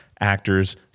actors